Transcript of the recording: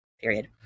period